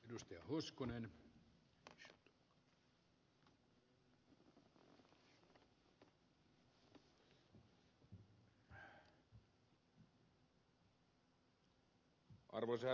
arvoisa herra puhemies